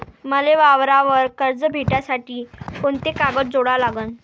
मले वावरावर कर्ज भेटासाठी कोंते कागद जोडा लागन?